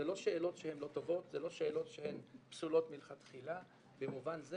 אלה לא שאלות שהן לא טובות ואלה לא שאלות שהן פסולות מלכתחילה במובן זה